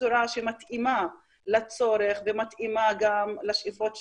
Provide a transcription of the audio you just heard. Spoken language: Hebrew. בצורה שמתאימה לצורך ומתאימה גם לשאיפות שלנו.